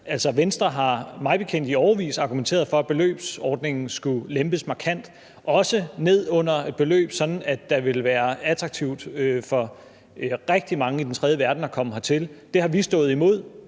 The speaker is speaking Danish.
at Venstre mig bekendt i årevis har argumenteret for, at beløbsordningen skulle lempes markant, også ned under et beløb, sådan at det vil være attraktivt for rigtig mange i den tredje verden at komme hertil. Det har vi stået imod,